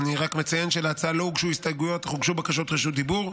אני רק מציין שלהצעה לא הוגשו הסתייגויות אך הוגשו בקשות רשות דיבור,